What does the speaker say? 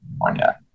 California